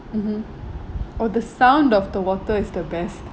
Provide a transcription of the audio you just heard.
mmhmm oh the sound of the water is the best